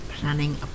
planning